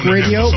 Radio